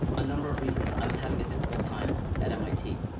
a number of reasons, i was having a difficult time at mit.